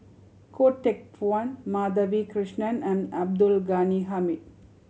Goh Teck Phuan Madhavi Krishnan and Abdul Ghani Hamid